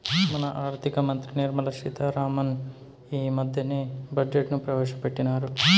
మన ఆర్థిక మంత్రి నిర్మలా సీతా రామన్ ఈ మద్దెనే బడ్జెట్ ను ప్రవేశపెట్టిన్నారు